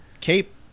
cape